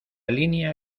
línea